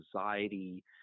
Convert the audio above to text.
anxiety